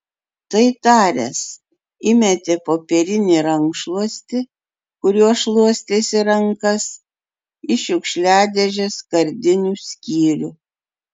tai taręs įmetė popierinį rankšluostį kuriuo šluostėsi rankas į šiukšliadėžės skardinių skyrių